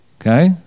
Okay